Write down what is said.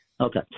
Okay